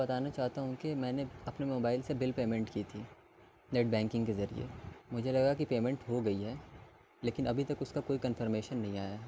بتانا چاہتا ہوں کہ میں نے اپنے موبائل سے بل پیمنٹ کی تھی نیٹ بینکنگ کے ذریعے مجھے لگا کہ پیمنٹ ہو گئی ہے لیکن ابھی تک اس کا کوئی کنفرمیشن نہیں آیا ہے